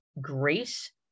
grace